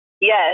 Yes